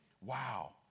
Wow